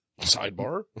sidebar